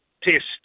test